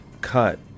cut